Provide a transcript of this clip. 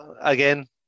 again